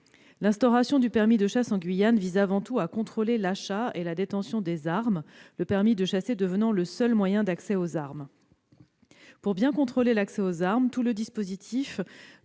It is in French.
L'instauration du permis de chasser en Guyane vise avant tout à contrôler l'achat et la détention des armes, la détention de ce permis devenant le seul moyen d'accès aux armes. Pour bien contrôler cet accès, tout le dispositif